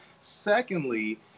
Secondly